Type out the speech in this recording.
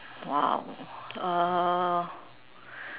!wow! uh